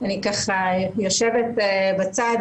אני ככה יושבת בצד,